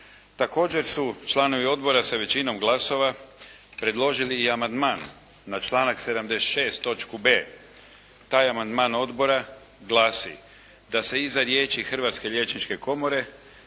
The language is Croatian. Također su članovi odbori sa većinom glasova predložili i amandman na članak 76. točku b. Taj amandman odbora glasi da se iza riječi "Hrvatske liječničke komore"